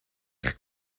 eich